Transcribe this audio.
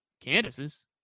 Candace's